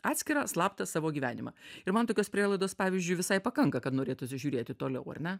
atskirą slaptą savo gyvenimą ir man tokios prielaidos pavyzdžiui visai pakanka kad norėtųsi žiūrėti toliau ar ne